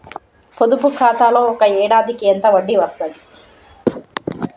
పొదుపు ఖాతాలో ఒక ఏడాదికి ఎంత వడ్డీ వస్తది?